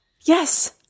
yes